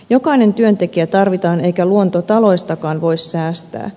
jokainen työntekijä tarvitaan eikä luontotaloistakaan voi säästää